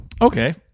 Okay